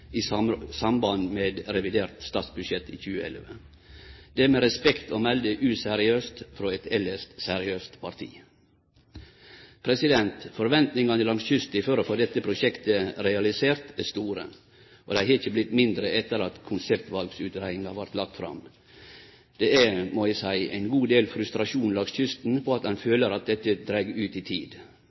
prosjektet i samband med revidert statsbudsjett for 2011. Det er med respekt å melde useriøst frå eit elles seriøst parti. Forventningane langs kysten for å få dette prosjektet realisert er store, og dei har ikkje blitt mindre etter at konseptvalutgreiinga vart lagd fram. Det er, må eg seie, ein god del frustrasjon langs kysten over at ein føler at dette dreg ut i tid.